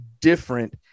different